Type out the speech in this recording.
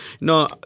no